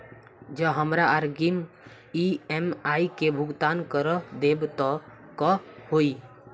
जँ हमरा अग्रिम ई.एम.आई केँ भुगतान करऽ देब तऽ कऽ होइ?